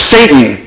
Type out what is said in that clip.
Satan